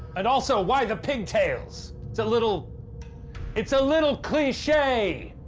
and also, why the pigtails? it's a little it's a little cliche!